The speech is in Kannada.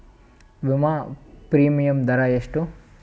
ವಿಮಾ ಪ್ರೀಮಿಯಮ್ ದರಾ ಎಷ್ಟು?